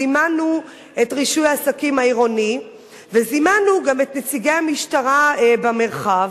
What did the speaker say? זימנו את רישוי העסקים העירוני וזימנו גם את נציגי המשטרה במרחב.